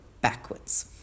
backwards